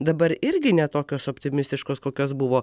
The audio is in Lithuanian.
dabar irgi ne tokios optimistiškos kokios buvo